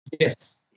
Yes